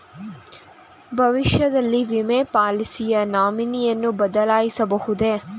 ಭವಿಷ್ಯದಲ್ಲಿ ವಿಮೆ ಪಾಲಿಸಿಯ ನಾಮಿನಿಯನ್ನು ಬದಲಾಯಿಸಬಹುದೇ?